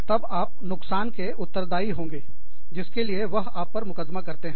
तब आप नुकसान के उत्तरदायी होंगे जिसके लिए वह आप पर मुकदमा करते हैं